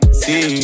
see